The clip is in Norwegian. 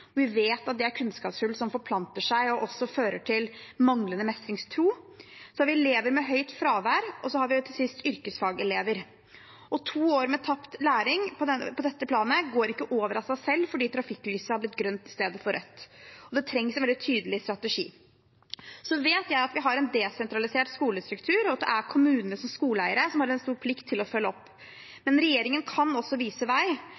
Vi vet at det er kunnskapshull som forplanter seg, og også fører til manglende mestringstro. Så har vi elever med høyt fravær, og til sist har vi yrkesfagelever. To år med tapt læring på dette planet går ikke over av seg selv fordi trafikklyset er blitt grønt i stedet for rødt, og det trengs en veldig tydelig strategi. Så vet jeg at vi har en desentralisert skolestruktur, og at det er kommunene, som skoleeiere, som har en stor plikt til å følge opp. Men regjeringen kan også vise vei.